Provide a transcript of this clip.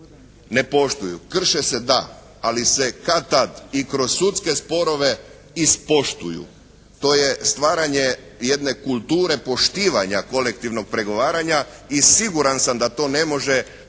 ne poštuju. Krše se da. Ali se kad-tad i kroz sudske sporove ispoštuju. To je stvaranje jedne kulture poštivanja kolektivnog pregovaranja i siguran sam da to ne može,